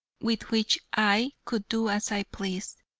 with which i could do as i pleased.